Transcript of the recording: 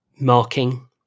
marking